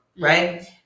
Right